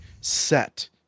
set